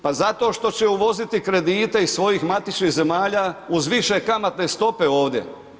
Pa zato što će uvoziti kredite iz svojih matičnih zemalja uz više kamatne stope ovdje.